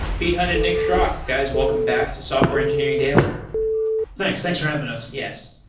pete hunt and nick schrock, guys, welcome back to software engineering daily thanks. thanks for having us. yes.